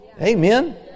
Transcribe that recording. Amen